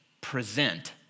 present